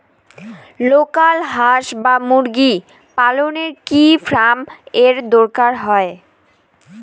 Local হাস বা মুরগি পালনে কি ফার্ম এর দরকার হয়?